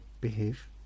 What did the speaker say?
behave